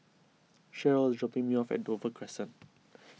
Sheryl is dropping me off at Dover Crescent